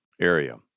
area